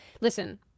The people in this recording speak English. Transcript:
Listen